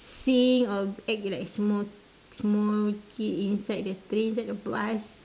see or act like small small kid inside the train inside the bus